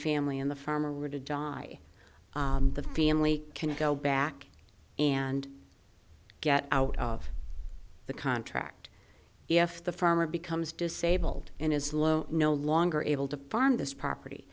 family and the farmer are to die the family can go back and get out of the contract if the farmer becomes disabled and is low no longer able to farm this property